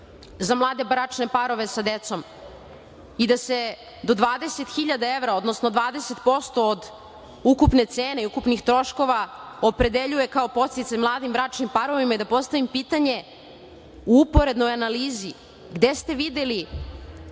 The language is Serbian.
za mlade bračne parove sa decom i da se do 20 hiljada evra, odnosno 20% od ukupne cene i ukupnih troškova opredeljuje kao podsticaj mladim bračnim parovima i da postavim pitanje, u uporednoj analizi, gde ste videli